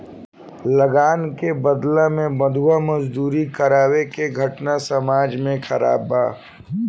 लगान के बदला में बंधुआ मजदूरी करावे के घटना समाज में खराब बा